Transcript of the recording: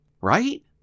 Right